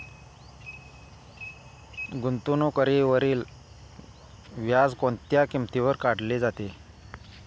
गुंतवणुकीवरील व्याज कोणत्या किमतीवर काढले जाते?